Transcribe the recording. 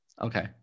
Okay